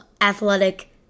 athletic